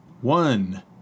one